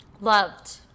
Loved